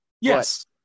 yes